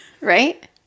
Right